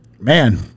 man